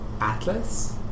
Atlas